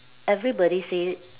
everybody say